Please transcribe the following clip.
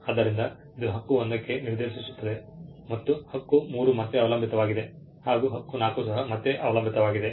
ಆದ್ದರಿಂದ ಇದು ಹಕ್ಕು 1 ಕ್ಕೆ ನಿರ್ದೇಶಿಸುತ್ತದೆ ಮತ್ತು ಹಕ್ಕು 3 ಮತ್ತೆ ಅವಲಂಬಿತವಾಗಿದೆ ಹಾಗೂ ಹಕ್ಕುಕ್ಲೈಮ್ 4 ಸಹ ಮತ್ತೆ ಅವಲಂಬಿತವಾಗಿದೆ